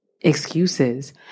excuses